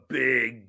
big